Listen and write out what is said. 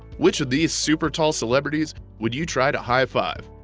which of these super-tall celebrities would you try to high-five?